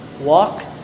walk